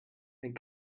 wenn